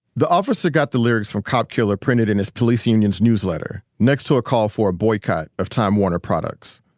the officer got the lyrics from cop killer printed in his police union's newsletter next to a call for a boycott of time warner products.